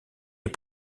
est